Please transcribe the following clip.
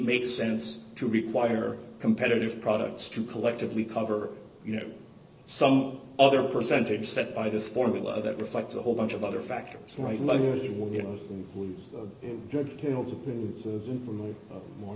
makes sense to require competitive products to collectively cover you know some other percentage set by this formula that reflects a whole bunch of other factors